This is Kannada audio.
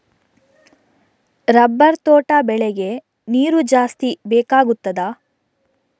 ರಬ್ಬರ್ ತೋಟ ಬೆಳೆಗೆ ನೀರು ಜಾಸ್ತಿ ಬೇಕಾಗುತ್ತದಾ?